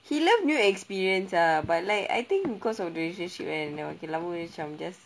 he love new experience ah but like I think cause of the relationship dah makin lama macam just